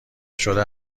شده